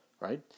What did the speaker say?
Right